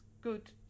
good